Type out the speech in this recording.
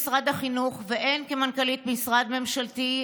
הן במשרד החינוך והן כמנכ"לית משרד ממשלתי,